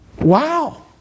wow